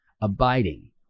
abiding